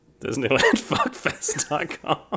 DisneylandFuckfest.com